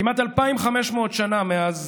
כמעט 2,500 שנה מאז,